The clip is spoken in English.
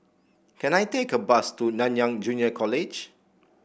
can I take a bus to Nanyang Junior College